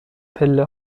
پله